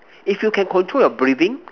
if you can control your breathing